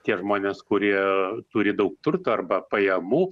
tie žmonės kurie turi daug turto arba pajamų